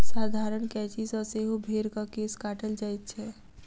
साधारण कैंची सॅ सेहो भेंड़क केश काटल जाइत छै